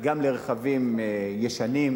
גם לרכבים ישנים,